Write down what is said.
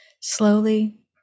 Slowly